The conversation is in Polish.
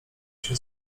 się